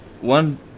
one